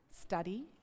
study